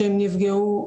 שהם נפגעו,